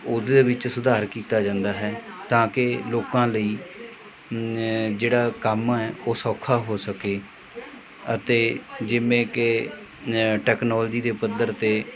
ਉਹਦੇ ਵਿੱਚ ਸੁਧਾਰ ਕੀਤਾ ਜਾਂਦਾ ਹੈ ਤਾਂ ਕਿ ਲੋਕਾਂ ਲਈ ਜਿਹੜਾ ਕੰਮ ਹੈ ਉਹ ਸੌਖਾ ਹੋ ਸਕੇ ਅਤੇ ਜਿਵੇਂ ਕਿ ਟੈਕਨਾਲੋਜੀ ਦੇ ਪੱਧਰ 'ਤੇ